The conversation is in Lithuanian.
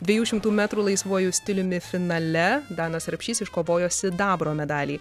dviejų šimtų metrų laisvuoju stiliumi finale danas rapšys iškovojo sidabro medalį